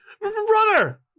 Brother